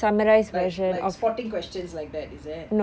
like like spotting questions like that is it